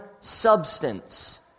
substance